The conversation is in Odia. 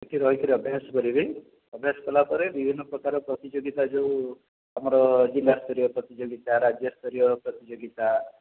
ସେଇଠି ରହିକରି ଅଭ୍ୟାସ କରିବେ ଅଭ୍ୟାସ କଲାପରେ ବିଭିନ୍ନପ୍ରକାର ପ୍ରତିଯୋଗିତା ଯେଉଁ ଆମର ଜିଲ୍ଲା ସ୍ତରୀୟ ପ୍ରତିଯୋଗିତା ରାଜ୍ୟ ସ୍ତରୀୟ ପ୍ରତିଯୋଗିତା